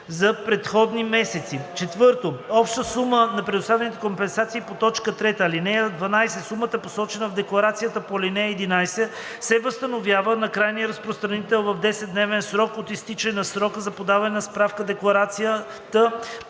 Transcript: за предходни месеци; 4. обща сума на предоставените компенсации по т. 3. (12) Сумата, посочена в декларацията по ал. 11, се възстановява на крайния разпространител в 10-дневен срок от изтичане на срока за подаване на справка-декларацията